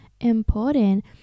important